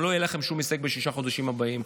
גם לא יהיה לכם שום הישג בששת החודשים הבאים.